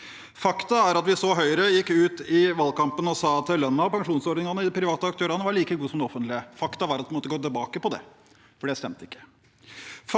Faktum er at vi så at Høyre gikk ut i valgkampen og sa at lønnen og pensjonsordningene hos de private aktørene var like gode som i det offentlige. Faktum var at de måtte gå tilbake på det, for det stemte ikke.